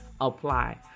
apply